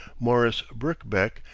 morris birkbeck,